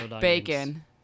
bacon